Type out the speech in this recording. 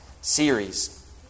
series